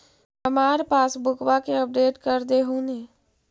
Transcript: हमार पासबुकवा के अपडेट कर देहु ने?